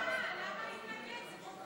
למה להתנגד?